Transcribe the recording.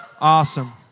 awesome